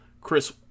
Chris